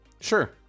sure